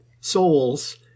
souls